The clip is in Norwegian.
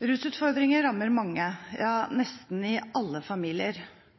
Rusutfordringer rammer mange – ja, nesten i alle familier.